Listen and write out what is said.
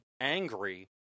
angry